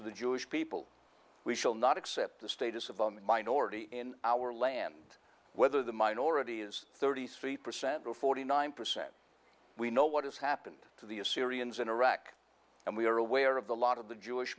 of the jewish people we shall not accept the status of a minority in our land whether the minority is thirty three percent or forty nine percent we know what has happened to the assyrians in iraq and we are aware of the lot of the jewish